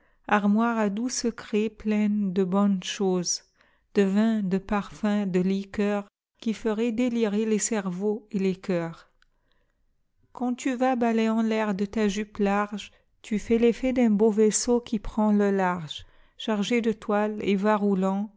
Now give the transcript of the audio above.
armoire à doux secrets pleine de bonnes choses de vins de parfums de liqueursqui feraient délirer les cerveaux et les cœurs i quand tu vas balayant l'air de ta jupe large tu fais l'effet d'un beau vaisseau qui prend le large chargé de toile et